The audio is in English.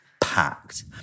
packed